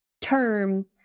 term